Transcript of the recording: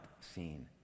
seen